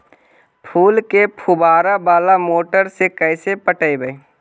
फूल के फुवारा बाला मोटर से कैसे पटइबै?